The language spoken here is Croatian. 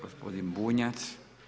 Gospodin Bunjac.